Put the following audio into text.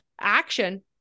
action